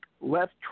left